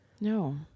No